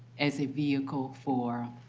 as a vehicle for